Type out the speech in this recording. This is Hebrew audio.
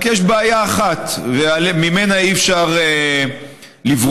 רק יש בעיה אחת, וממנה אי-אפשר לברוח: